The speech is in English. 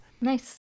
nice